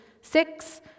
six